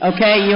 Okay